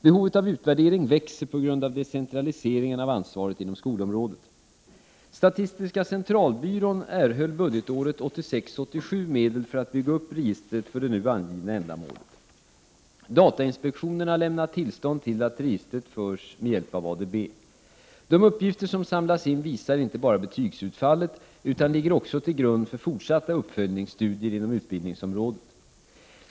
Behovet av utvärdering växer på grund av decentraliseringen av ansvaret inom skolområdet. Statistiska centralbyrån erhöll budgetåret 1986/87 medel för att bygga upp registret för det nu angivna ändamålet. Datainspektionen har lämnat tillstånd till att registret förs med hjälp av ADB. De uppgifter som samlas in visar inte bara betygsutfallet utan ligger också till grund för fortsatta uppföljningsstudier inom utbildningsområdet.